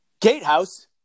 gatehouse